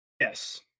Yes